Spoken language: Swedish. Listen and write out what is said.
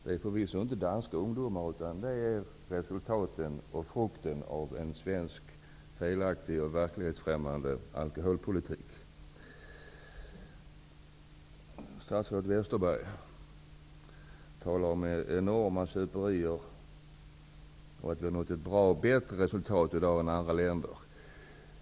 Det är förvisso inte danska ungdomar, utan det är frukten av en felaktig och verklighetsfrämmande svensk alkoholpolitik. Statsrådet Westerberg talar om enorma superier och säger att vi i dag har nått ett bättre resultat än andra länder.